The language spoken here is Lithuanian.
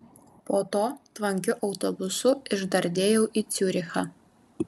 po to tvankiu autobusu išdardėjau į ciurichą